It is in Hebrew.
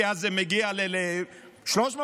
כי אז זה מגיע ל-300 מיליון.